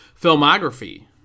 filmography